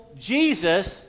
Jesus